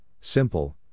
simple